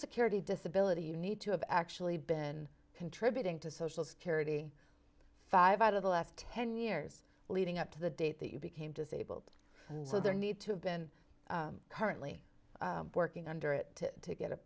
security disability you need to have actually been contributing to social security five out of the last ten years leading up to the date that you became disabled and so there need to have been currently working under it to get a